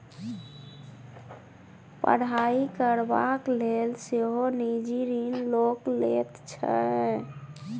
पढ़ाई करबाक लेल सेहो निजी ऋण लोक लैत छै